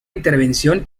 intervención